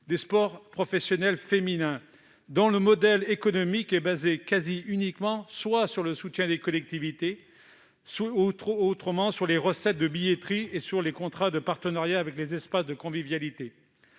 des sports professionnels féminins, dont le modèle économique est fondé presque uniquement, soit sur le soutien des collectivités, soit sur les recettes de billetterie et les contrats de partenariat avec les espaces de convivialité.